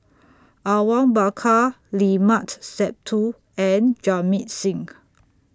Awang Bakar Limat Sabtu and Jamit Singh